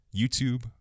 YouTube